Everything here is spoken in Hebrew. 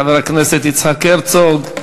חבר הכנסת יצחק הרצוג.